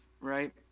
right